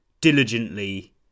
diligently